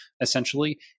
essentially